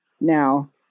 Now